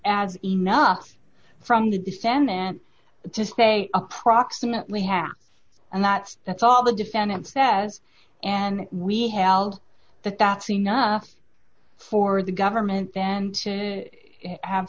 adds enough from the defendant to say approximately half and that's that's all the defendant says and we held that that's enough for the government then to have